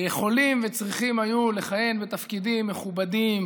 שיכולים וצריכים היום לכהן בתפקידים מכובדים,